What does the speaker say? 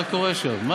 מה קורה שם?